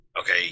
Okay